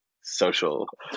social